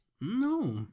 No